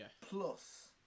Plus